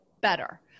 better